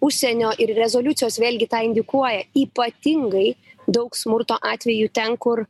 užsienio ir rezoliucijos vėlgi tą indikuoja ypatingai daug smurto atvejų ten kur